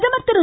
பிரகமர் திரு